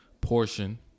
Portion